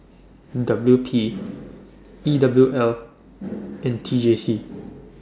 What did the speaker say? W P E W L and T J C